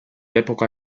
epoca